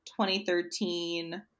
2013